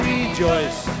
Rejoice